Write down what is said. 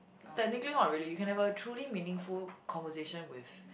technically not really you can have a truly meaningful conversation with